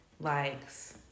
likes